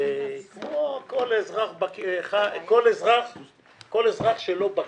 וכמו כל אזרח שלא בקי,